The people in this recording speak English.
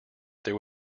there